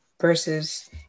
versus